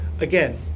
again